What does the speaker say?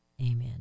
amen